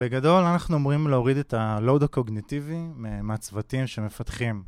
בגדול אנחנו אומרים להוריד את הלואוד הקוגניטיבי מהצוותים שמפתחים